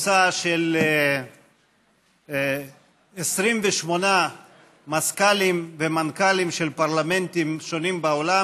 קבוצה של 28 מזכ"לים ומנכ"לים של פרלמנטים שונים בעולם.